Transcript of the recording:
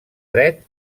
dret